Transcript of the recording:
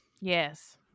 Yes